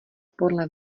podle